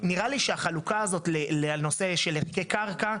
נראה לי שהחלוקה הזאת לנושא של ערכי קרקע,